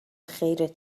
خیرت